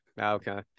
Okay